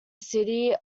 city